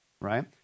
right